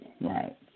right